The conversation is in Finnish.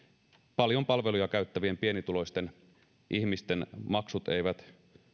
paljon palveluja käyttävien pienituloisten ihmisten maksut eivät